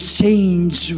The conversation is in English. change